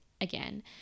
again